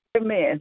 Amen